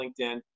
LinkedIn